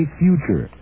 future